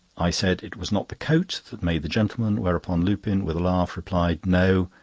i said it was not the coat that made the gentleman whereupon lupin, with a laugh, replied no,